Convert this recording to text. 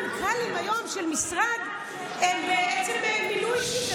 היום גם מנכ"לים של משרד הם בעצם מינוי אישי.